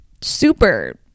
super